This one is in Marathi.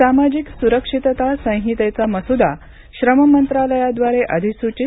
सामाजिक सुरक्षितता संहितेचा मसुदा श्रम मंत्रालयाद्वारे अधिसूचित